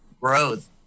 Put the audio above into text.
growth